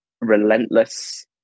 relentless